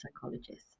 psychologist